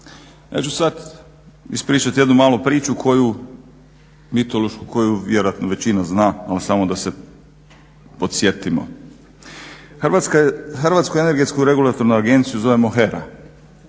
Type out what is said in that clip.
Ja ću sad ispričati jednu malu priču koju, mitološku koju vjerojatno većina zna ali samo da se podsjetimo. Hrvatsku energetsku regulatornu agenciju zovemo